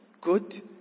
good